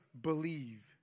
believe